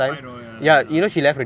the fight all ya ya ya